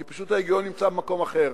כי פשוט ההיגיון נמצא במקום אחר.